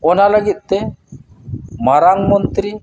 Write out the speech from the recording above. ᱚᱱᱟ ᱞᱟᱹᱜᱤᱫᱛᱮ ᱢᱟᱨᱟᱝ ᱢᱚᱱᱛᱨᱤ